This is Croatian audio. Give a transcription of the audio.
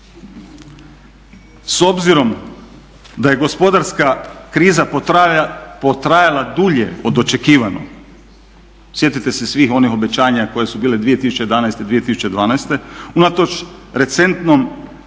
S obzirom da je gospodarska kriza potrajala dulje od očekivanog, sjetite se svih onih obećanja koje su bile 2011., 2012., unatoč recentnom